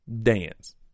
dance